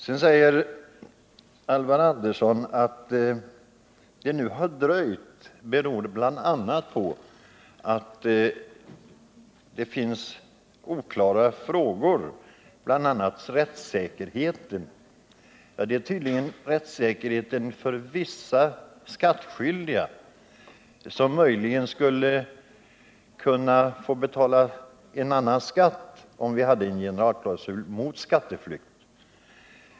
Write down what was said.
Sedan sade Alvar Andersson att dröjsmålet har berott på att det finns oklara frågor, bl.a. rättssäkerheten. Det är tydligen rättssäkerheten för vissa skattskyldiga det gäller, rättssäkerheten för personer som möjligen skulle kunna få betala en annan skatt om vi hade en generalklausul mot skatteflykt.